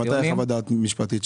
הכנסת,